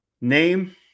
Name